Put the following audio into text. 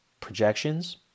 projections